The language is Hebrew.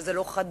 וזה לא חדש.